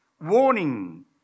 warning